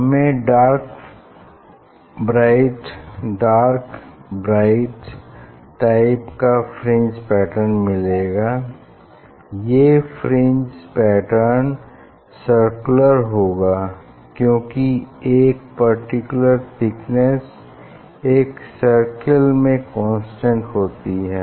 हमें dark bright dark bright type का fringe pattern मिलेगा ये फ्रिंज पैटर्न सर्कुलर होगा क्यूंकि एक पर्टिकुलर थिकनेस एक सर्किल में कांस्टेंट होती है